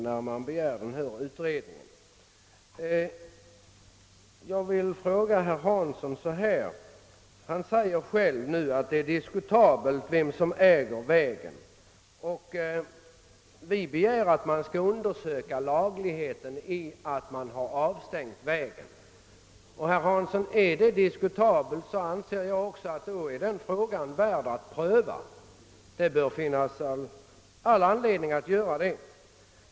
Herr Hansson i Skegrie säger själv att det är diskutabelt vem som äger vägen, och under sådana förhållanden anser jag det också motiverat att un dersöka lagligheten i åtgärden att avstänga vägen.